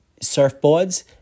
surfboards